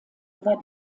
war